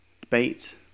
debate